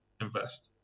invest